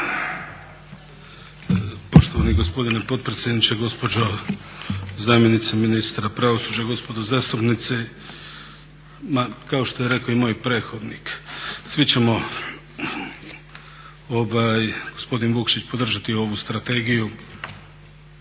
Poštovani gospodine potpredsjedniče, gospođo zamjenice ministra pravosuđa, gospodo zastupnici ma kao što je rekao i moj prethodnik svi ćemo, gospodin Vukšić, podržati ovu Strategiju